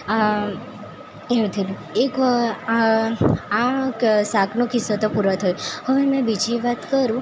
આ એવું થયેલું એક આ આ શાકનો કિસ્સો તો પૂરો થયો હવે મેં બીજી વાત કરું